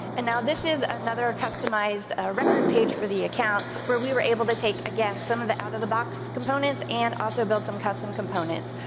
and now this is another customized record page for the account where we were able to take, again. some of the out of the box components and also build some custom components.